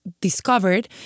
discovered